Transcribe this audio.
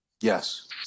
Yes